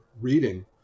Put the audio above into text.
reading